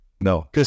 No